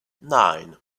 nine